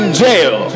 jail